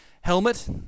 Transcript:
Helmet